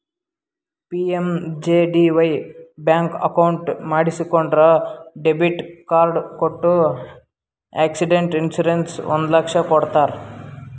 PMJDY bank account ಮಾಡಿಸಿಕೊಂಡ್ರ debit card ಕೊಟ್ಟು accident insurance ಒಂದ್ ಲಕ್ಷ ಕೊಡ್ತಾರ್